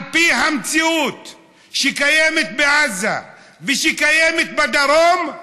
על פי המציאות שקיימת בעזה ושקיימת בדרום,